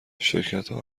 شرکتها